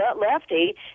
Lefty